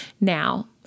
Now